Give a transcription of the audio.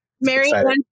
Mary